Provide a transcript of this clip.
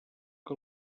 que